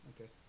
Okay